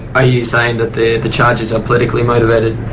are you saying that the the charges are politically motivated?